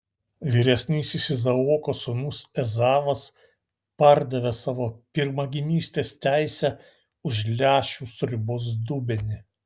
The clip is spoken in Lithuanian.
vyresnysis izaoko sūnus ezavas pardavė savo pirmagimystės teisę už lęšių sriubos dubenį